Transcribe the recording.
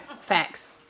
Facts